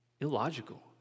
illogical